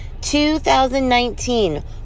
2019